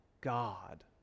God